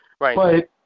Right